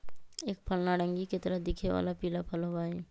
एक फल नारंगी के तरह दिखे वाला पीला फल होबा हई